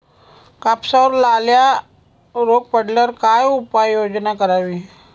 कापसावर लाल्या रोग पडल्यावर काय उपाययोजना करावी?